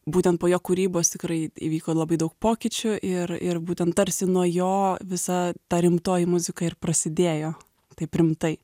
būtent po jo kūrybos tikrai įvyko labai daug pokyčių ir ir būtent tarsi nuo jo visa ta rimtoji muzika ir prasidėjo taip rimtai